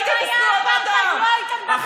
יישובים על טהרת הגזע הם אפרטהייד, זה אפרטהייד?